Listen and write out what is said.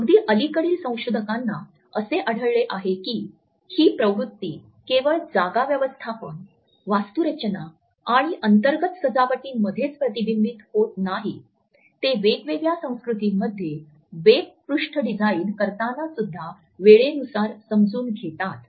अगदी अलीकडील संशोधकांना असे आढळले आहे की ही प्रवृत्ती केवळ जागा व्यवस्थापन वास्तुरचना आणि अंतर्गत सजावटीमध्येच प्रतिबिंबित होत नाही ते वेगवेगळ्या संस्कृतींमध्ये वेब पृष्ठे डिझाइन करताना सुद्धा वेळेनुसार समजून घेतात